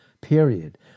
period